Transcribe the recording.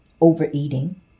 Overeating